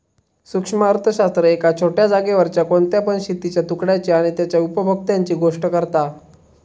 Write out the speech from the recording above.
सूक्ष्म अर्थशास्त्र एका छोट्या जागेवरच्या कोणत्या पण शेतीच्या तुकड्याची आणि तेच्या उपभोक्त्यांची गोष्ट करता